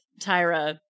Tyra